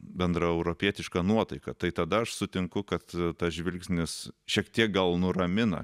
bendraeuropietiška nuotaika tai tada aš sutinku kad tas žvilgsnis šiek tiek gal nuramina